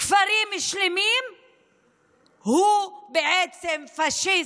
כפרים שלמים הוא בעצם פשיסט,